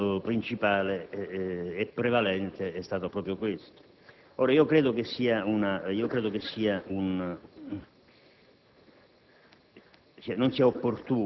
L'orientamento principale e prevalente è stato proprio quest'ultimo.